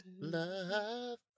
Love